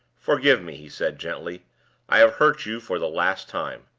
forgive me, he said, gently i have hurt you for the last time.